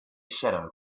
shadow